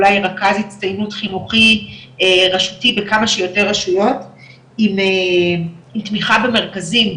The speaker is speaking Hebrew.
אולי רכז הצטיינות חינוכי רשותי בכמה שיותר רשויות עם תמיכה במרכזים,